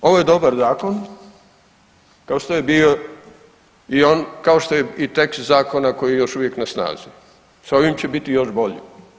Ovo je dobar zakon, kao što je bio i on, kao što je i tekst zakona koji je još uvijek na snazi, sa ovim će biti još bolji.